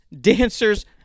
dancers